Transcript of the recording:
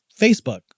Facebook